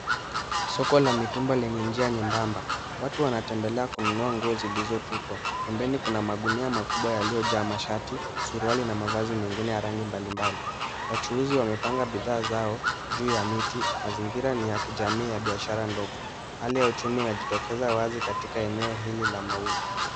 Soko la mitumba lenye njia nyembamba. Watu wanatembelea kununua nguo zilizotupwa. Pembeni kuna magunia makubwa yaliyojaa mashati, suruali na mavazi mengine ya rangi mbalimbali. Wachuuzi wamepanga bidhaa zao juu ya miti. Mazingira ni ya kijamii ya biashara ndogo. Hali ya uchumi inajitokeza wazi katika eneo hili la mauzo.